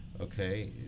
okay